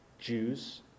Jews